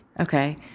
Okay